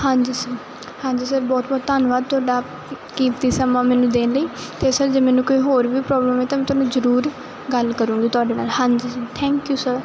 ਹਾਂਜੀ ਸਰ ਹਾਂਜੀ ਸਰ ਬਹੁਤ ਬਹੁਤ ਧੰਨਵਾਦ ਤੁਹਾਡਾ ਕੀਮਤੀ ਸਮਾਂ ਮੈਨੂੰ ਦੇਣ ਲਈ ਤੇ ਸਰ ਜੇ ਮੈਨੂੰ ਕੋਈ ਹੋਰ ਵੀ ਪ੍ਰੋਬਲਮ ਹੋਈ ਤਾਂ ਮੈਂ ਥੋਨੂੰ ਜ਼ਰੂਰ ਗੱਲ ਕਰੂਗੀ ਥੋਡੇ ਨਾਲ ਹਾਂਜੀ ਸਰ ਥੈਂਕਯੂ ਸਰ